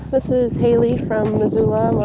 this is haley from missoula,